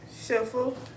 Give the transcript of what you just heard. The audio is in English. Shuffle